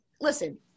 listen